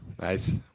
Nice